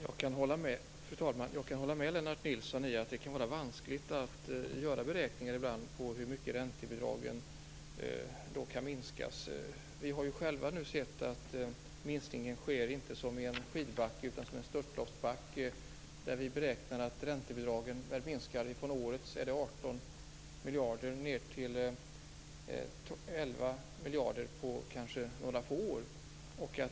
Fru talman! Jag kan hålla med Lennart Nilsson om att det kan vara vanskligt att göra beräkningar på hur mycket räntebidragen kan minskas. Vi har ju sett att minskningen inte sker som i en skidbacke utan som i en störtloppsbacke. Vi beräknar att räntebidragen minskar från årets 18 miljarder till 11 miljarder på några få år.